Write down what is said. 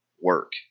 work